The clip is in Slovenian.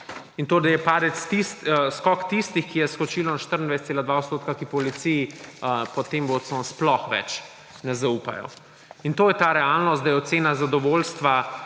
In tole je skok tistih, je skočilo na 24,2 %, ki policiji pod tem vodstvom sploh več ne zaupajo. In to je ta realnost, da je ocena zadovoljstva,